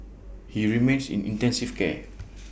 he remains in intensive care